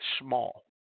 small